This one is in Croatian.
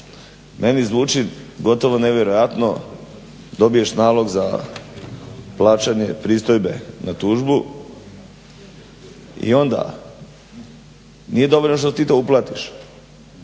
Meni zvuči gotovo nevjerojatno. Dobiješ nalog za plaćanje pristojbe na tužbu i onda nije dovoljno što ti to uplatiš,